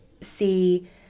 see